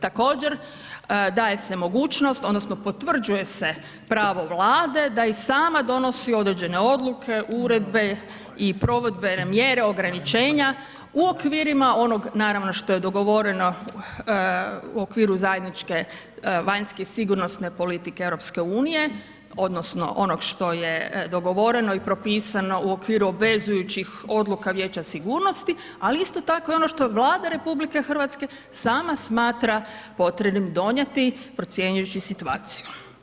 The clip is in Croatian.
Također, daje se mogućnost odnosno potvrđuje se pravo Vlade da i sama donosi određene odluke, uredbe i provedbene mjere ograničenja u okvirima onog naravno što je dogovoreno u okviru zajedničke vanjske sigurnosne politike EU odnosno onog što je dogovoreno i propisano u okviru obvezujućih odluka Vijeća sigurnosti, ali isto tako i ono što Vlada RH sama smatra potrebnim donijeti procjenjujući situaciju.